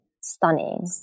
stunning